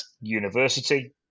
University